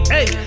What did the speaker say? Hey